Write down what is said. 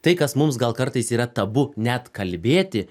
tai kas mums gal kartais yra tabu net kalbėti